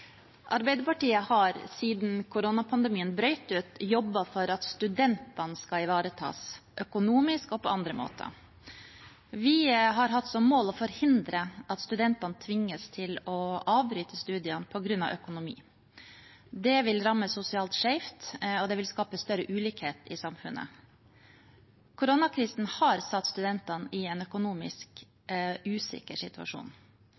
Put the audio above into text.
Arbeiderpartiet har siden koronapandemien brøt ut, jobbet for at studentene skal ivaretas, økonomisk og på andre måter. Vi har hatt som mål å forhindre at studentene tvinges til å avbryte studiene på grunn av økonomi. Det vil ramme sosialt skjevt og skape større ulikhet i samfunnet. Koronakrisen har satt studentene i en økonomisk usikker situasjon.